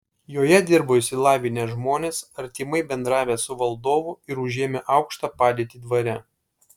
joje dirbo išsilavinę žmonės artimai bendravę su valdovu ir užėmę aukštą padėtį dvare